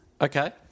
Okay